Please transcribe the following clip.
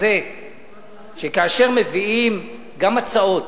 כאשר מביאים גם הצעות,